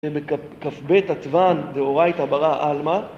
ומכ"ב כתבן דאורייתא ברא עלמא